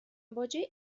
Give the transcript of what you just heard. باجه